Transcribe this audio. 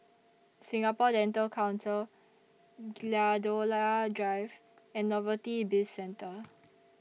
Singapore Dental Council Gladiola Drive and Novelty Bizcentre